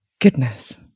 Goodness